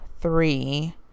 three